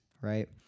right